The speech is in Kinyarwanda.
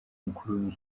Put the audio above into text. mukuru